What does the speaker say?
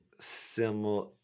similar